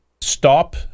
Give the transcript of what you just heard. stop